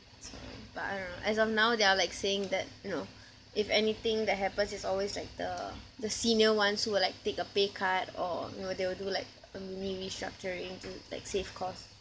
sorry but I don't know as of now they are like saying that you know if anything that happens it's always like the the senior ones who will like take a pay cut or you know they will do like a mini restructuring to like save costs